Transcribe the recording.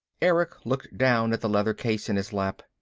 erick looked down at the leather case in his lap.